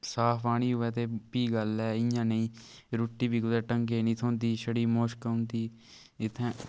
साफ पानी होऐ ते फ्ही गल्ल ऐ इ'यांं नेईं रुट्टी बी कुतै ढंगै नी थ्होंदी छड़ी मुश्क औंदी इत्थै